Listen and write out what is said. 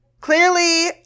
clearly